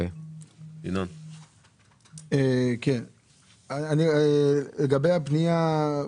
מה זה מקטע B?